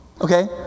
Okay